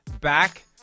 back